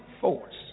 force